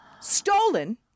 stolen